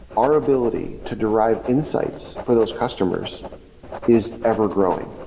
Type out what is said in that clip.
our ability to derive insights for those customers is ever-growing.